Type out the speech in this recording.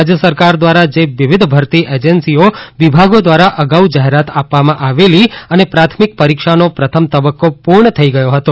રાજ્ય સરકાર દ્વારા જે વિવિધ ભરતી એજન્સીઓ વિભાગો દ્વારા અગાઉ જાહેરાત આપવામાં આવેલી અને પ્રાથમિક પરિક્ષાનો પ્રથમ તબક્કો પૂર્ણ થઇ ગયો હતો